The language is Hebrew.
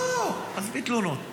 לא, עזבי תלונות.